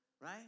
right